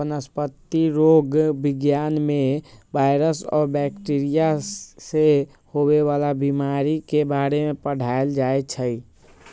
वनस्पतिरोग विज्ञान में वायरस आ बैकटीरिया से होवे वाला बीमारी के बारे में पढ़ाएल जाई छई